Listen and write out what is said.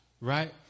right